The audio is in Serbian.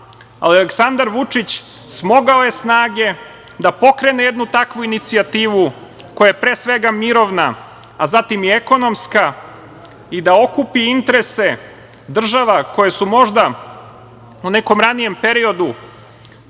Aleksandar Vučić smogao je snage da pokrene jednu takvu inicijativu, koja je pre svega mirovna, a zatim i ekonomska i da okupi interese država koje su možda u nekom ranijem periodu